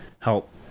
help